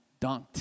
dunked